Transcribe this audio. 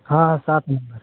हाँ हाँ सात नंबर